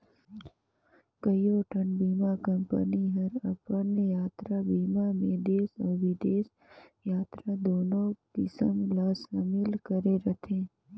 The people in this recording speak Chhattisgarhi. कयोठन बीमा कंपनी हर अपन यातरा बीमा मे देस अउ बिदेस यातरा दुनो किसम ला समिल करे रथे